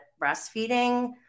breastfeeding